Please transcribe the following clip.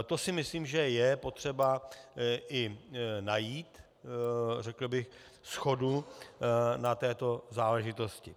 To si myslím, že je potřeba i najít, řekl bych, shodu na této záležitosti.